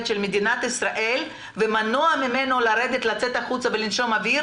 במדינת ישראל ומנוע ממנו לצאת החוצה ולנשום אוויר